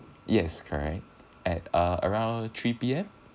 yes correct at uh around three P_M